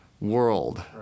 world